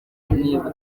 niba